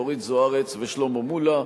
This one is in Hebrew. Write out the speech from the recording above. אורית זוארץ ושלמה מולה.